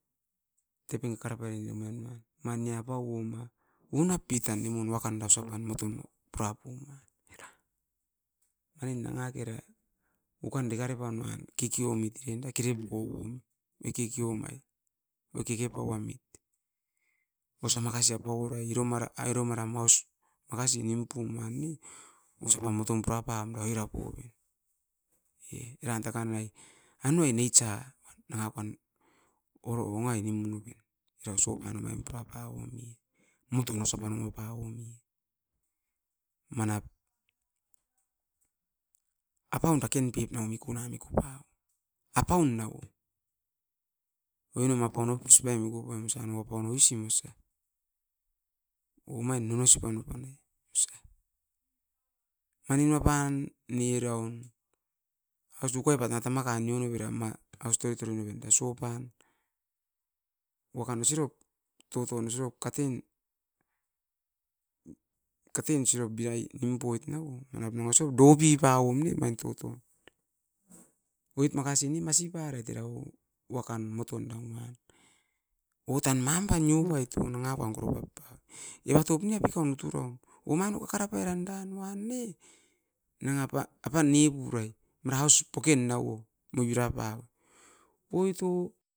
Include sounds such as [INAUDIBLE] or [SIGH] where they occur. Teping karapai nimain ma, mani apauo ma, unat pitan nimun wakanda osapan moton o purapun a, era. Manin nanga kera ukan dikari pan uan kikiomit erinda kiri poko'un, mi kikiomait we keke pauamit. Osa makasi a paua rai iro mara airo maram aus, makasi nimpum uan ne? [NOISE] Osapam motom purapam roira pomit, e eran taka nuai. Anuai neitsa nanga pan oro ongai nimun noven, era osopan omain purapauomi. Moton osa pan omo pauomi, manap apaun taken pep nau mikuna miku pa o. Apaun nao, oinom apaun opuspai mikupaim osa naua pau no usim usa. Omain nanga isop pan oupan e, osa. Ainin wapan, ni raun asukai bana tamakain inoi novera ma aus toit oro noven da suapan, wakan usirop, toton usirop katin-katin sirop biai nimpoit nau o, manap nau isop dokipauom ne omain toton. Oit makasin ne masi parait era uom, wakan moton dau nuain. Outan mamba niobait o nanga pam koropa pam. Evatop nia pikaum turaun, omain o kakara pairan dan uan ne? Nanga pa, apan nipurai mara aus pokin nau o, mo ira pa. Oit o,